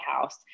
House